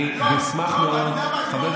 אני אשמח מאוד, יואב, אתה יודע מה?